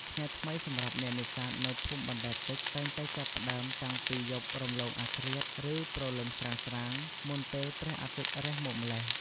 ថ្ងៃថ្មីសម្រាប់អ្នកនេសាទនៅភូមិបណ្តែតទឹកតែងតែចាប់ផ្តើមតាំងពីយប់រំលងអធ្រាត្រ ឬព្រលឹមស្រាងៗ មុនពេលព្រះអាទិត្យរះមកម្ល៉េះ។